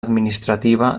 administrativa